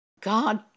God